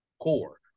core